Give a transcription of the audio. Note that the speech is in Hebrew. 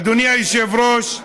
אדוני היושב-ראש,